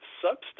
substance